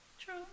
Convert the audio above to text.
True